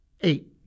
Eight